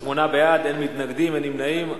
שמונה בעד, אין מתנגדים, אין נמנעים.